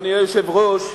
אדוני היושב-ראש,